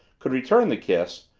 could return the kiss,